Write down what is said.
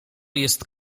jest